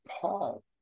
Paul